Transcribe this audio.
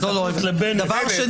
דבר שני,